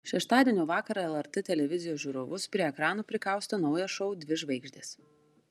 šeštadienio vakarą lrt televizijos žiūrovus prie ekranų prikaustė naujas šou dvi žvaigždės